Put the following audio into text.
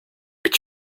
but